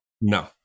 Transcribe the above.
No